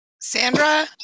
Sandra